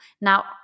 Now